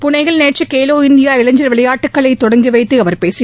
புனேயில் நேற்று கேலோ இந்தியா இளைஞர் விளையாட்டுக்களை தொடங்கி வைத்து அவா் பேசினார்